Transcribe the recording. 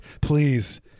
Please